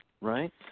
right